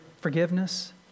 forgiveness